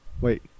Wait